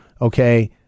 okay